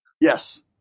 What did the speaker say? Yes